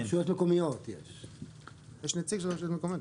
יש נציג של רשויות מקומיות.